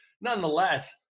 Nonetheless